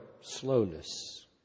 slowness